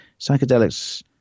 psychedelics